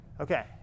Okay